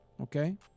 Okay